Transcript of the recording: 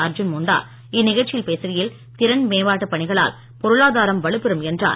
அர்ஜுன் முண்டா இந்நிகழ்ச்சியில் பேசுகையில் அமைச்சர் திறம்மேம்பாட்டு பணிகளால் பொருளாதரம் வலுப்பெறும் என்றார்